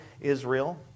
Israel